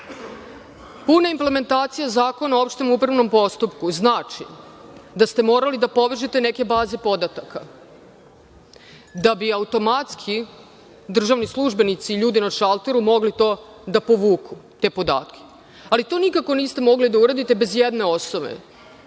implementacija Zakona o opštem upravnom postupku znači da ste morali da povežete neke baze podataka da bi automatski državni službenici i ljudi na šalteru mogli da povuku te podatke. To nikako niste mogli da uradite bez jedne,